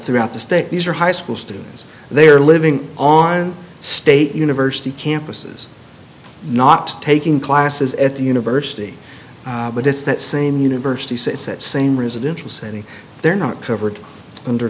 throughout the state these are high school students they are living on state university campuses not taking classes at the university but it's that same university so it's that same residential setting they're not covered under